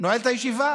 נועל את הישיבה.